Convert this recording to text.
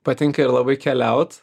patinka ir labai keliaut